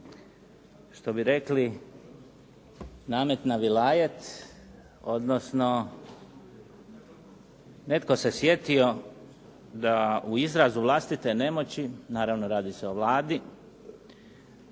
Što bi rekli namet na vilajet, odnosno netko se sjetio da u izrazu vlastite nemoći, naravno radi se o Vladi,